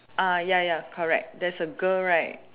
uh ya ya correct there's a girl right